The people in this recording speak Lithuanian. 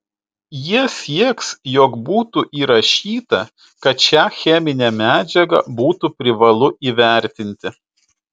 jie sieks jog būtų įrašyta kad šią cheminę medžiagą būtų privalu įvertinti